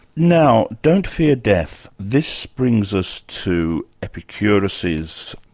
now don't fear death. this brings us to epicurus's,